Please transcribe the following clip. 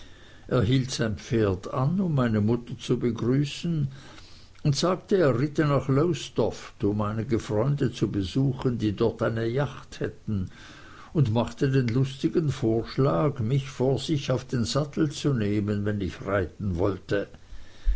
hielt sein pferd an um meine mutter zu begrüßen und sagte er ritte nach lowestoft um einige freunde zu besuchen die dort eine jacht hätten und machte den lustigen vorschlag mich vor sich auf den sattel zu nehmen wenn ich reiten wollte